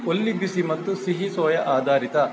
ಒಲ್ಲಿ ಬಿಸಿ ಮತ್ತು ಸಿಹಿ ಸೋಯಾ ಆಧಾರಿತ